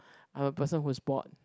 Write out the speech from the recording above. I'm a person who is bored